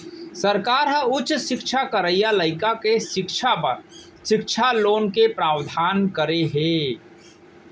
सरकार ह उच्च सिक्छा करइया लइका के सिक्छा बर सिक्छा लोन के प्रावधान करे हे